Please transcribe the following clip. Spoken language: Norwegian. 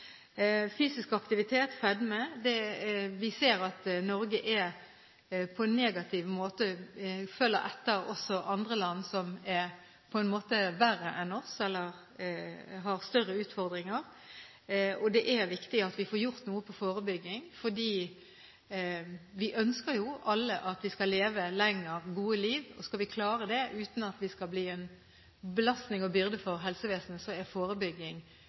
fysisk aktivitet og fedme; vi ser at Norge – på en negativ måte – følger etter andre land som er verre enn oss, eller som har større utfordringer. Det er viktig at vi får gjort noe innen forebygging, for vi ønsker jo alle å leve lenger, ha gode liv, og skal vi klare det uten å bli en belastning og byrde for helsevesenet, er forebygging